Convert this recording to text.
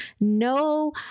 no